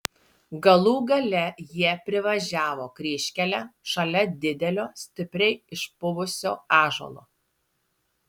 galų gale jie privažiavo kryžkelę šalia didelio stipriai išpuvusio ąžuolo